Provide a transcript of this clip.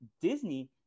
Disney